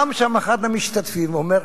קם שם אחד המשתתפים ואומר: